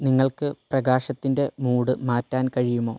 നിങ്ങൾക്ക് പ്രകാശത്തിൻ്റെ മൂഡ് മാറ്റാൻ കഴിയുമോ